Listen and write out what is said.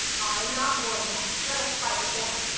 i am not warm yet let us fight again.